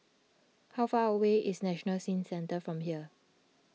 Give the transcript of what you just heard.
how far away is National Skin Centre from here